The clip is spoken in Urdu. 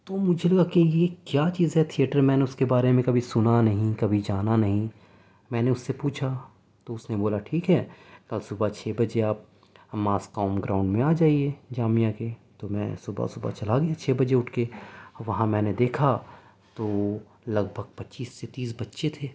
تو مجھے لگا کہ یہ کیا چیز ہے تھئیٹر میں نے اس کے بارے میں کبھی سنا نہیں کبھی جانا نہیں میں نے اس سے پوچھا تو اس نے بولا ٹھیک ہے کل صبح چھ بجے آپ ماسکوم گراؤنڈ میں آ جائیے جامعہ کے تو میں صبح صبح چلا گیا چھ بجے اٹھ کے اور وہاں میں نے دیکھا تو لگ بھگ پچیس سے تیس بچے تھے